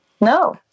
No